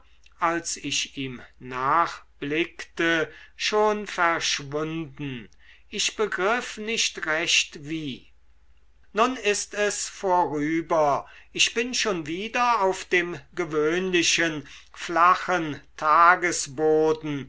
als ich ihm nachblickte schon verschwunden ich begriff nicht recht wie nun ist es vorüber ich bin schon wieder auf dem gewöhnlichen flachen tagesboden